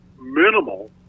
minimal